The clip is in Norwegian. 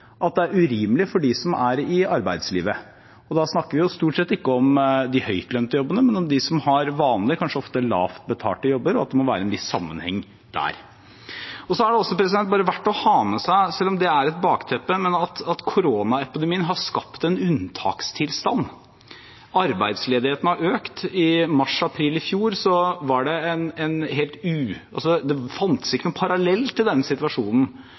at det er urimelig for dem som er i arbeidslivet. Da snakker vi stort sett ikke om de høytlønte jobbene, men om dem som har vanlige, kanskje ofte lavt betalte jobber, og at det må være en viss sammenheng der. Det er også verdt bare å ha med seg, selv om det er et bakteppe, at koronaepidemien har skapt en unntakstilstand. Arbeidsledigheten har økt. Det fantes ikke noen tidligere parallell til denne situasjonen og det som skjedde på det